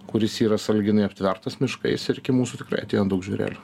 kuris yra sąlyginai aptvertas miškais ir iki mūsų tikrai ateina daug žvėrelių